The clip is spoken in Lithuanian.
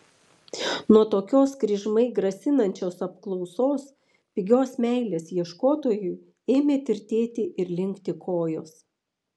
nuo tokios kryžmai grasinančios apklausos pigios meilės ieškotojui ėmė tirtėti ir linkti kojos